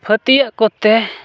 ᱯᱷᱟᱹᱛᱭᱟᱹᱜ ᱠᱚᱛᱮ